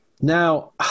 Now